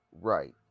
Right